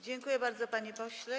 Dziękuję bardzo, panie pośle.